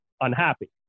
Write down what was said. unhappy